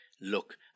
look